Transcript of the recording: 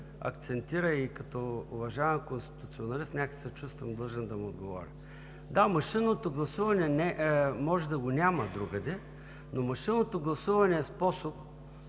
акцентира и като уважаван конституционалист някак си се чувствам длъжен да му отговоря. Да, машинното гласуване може да го няма другаде, но машинното гласуване е способ,